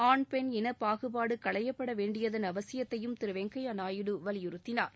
ஆண் பெண் இனப் பாகுபாடு களையப்பட வேண்டியதன் அவசியத்தையும் திரு வெங்கப்யா நாயுடு வலியுறுத்தினார்